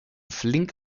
flink